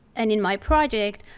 and in my project,